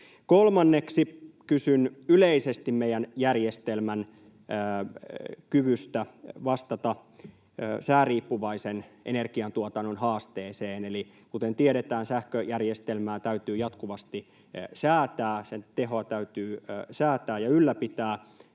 Kolmanneksi kysyn yleisesti meidän järjestelmän kyvystä vastata sääriippuvaisen energiantuotannon haasteeseen. Eli kuten tiedetään, sähköjärjestelmää täytyy jatkuvasti säätää, sen tehoa täytyy säätää ja ylläpitää,